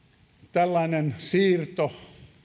tällainen siirto